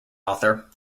author